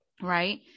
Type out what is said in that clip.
Right